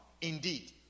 indeed